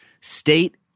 state